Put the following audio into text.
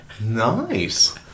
Nice